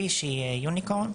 די שהיא יוניקורן.